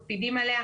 אם תפתחו את האתר,